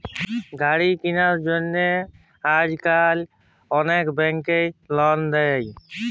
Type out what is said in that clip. গাড়ি কিলার জ্যনহে আইজকাল অলেক ব্যাংক লল দেই